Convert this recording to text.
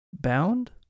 Bound